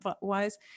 wise